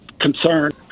concern